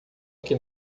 aqui